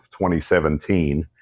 2017